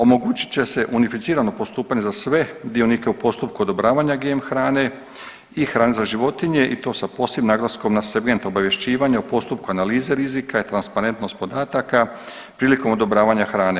Omogućit će se unificirano postupanje za sve dionike u postupku odobravanja GM hrane i hrena za životinje i to sa posebnim naglaskom na segment obavješćivanja u postupku analize rizika, transparentnost podataka prilikom odobravanja hrane.